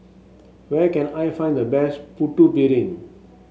where can I find the best Putu Piring